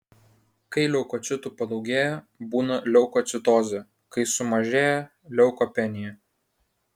kai leukocitų padaugėja būna leukocitozė o kai sumažėja leukopenija